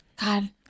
God